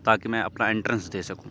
تاکہ میں اپنا انٹرنس دے سکوں